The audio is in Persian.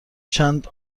چند